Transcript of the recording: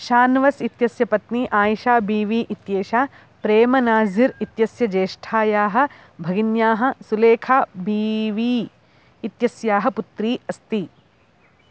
शान्वस् इत्यस्य पत्नी Ayisha B V इत्येषा प्रेमनाज़िर् इत्यस्य ज्येष्ठायाः भगिन्याः सुलेखा बी वी इत्यस्याः पुत्री अस्ति